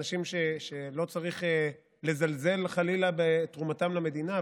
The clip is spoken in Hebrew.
אנשים שלא צריך לזלזל חלילה בתרומתם למדינה,